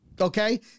Okay